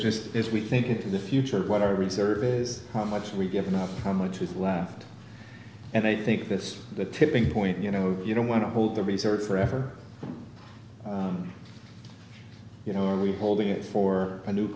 just as we think in the future what our reserve is how much we get not how much is left and i think this the tipping point you know you don't want to hold the research forever you know are we holding it for a new